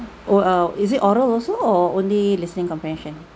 oh uh is it oral also or only listening comprehension